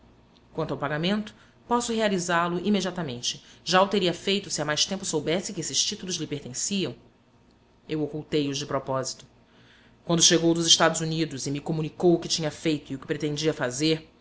quanto ao pagamento posso realizá-lo imediatamente já o teria feito se há mais tempo soubesse que esses títulos lhe pertenciam eu ocultei os de propósito quando chegou dos estados unidos e me comunicou o que tinha feito e o que pretendia fazer